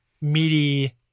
meaty